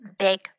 big